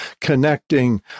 connecting